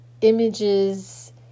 images